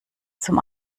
zum